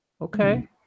Okay